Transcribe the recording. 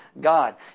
God